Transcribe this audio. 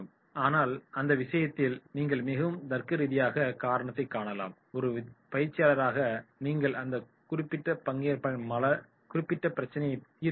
ஆனால் அந்த விஷயத்தில் நீங்கள் மிகவும் தர்க்கரீதியான காரணத்தைக் காணலாம் ஒரு பயிற்சியாளராக நீங்கள் அந்த குறிப்பிட்ட பங்கேற்பாளரின் குறிப்பிட்ட பிரச்சினையை தீர்க்க வேண்டும்